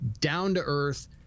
down-to-earth